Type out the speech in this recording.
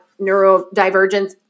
neurodivergence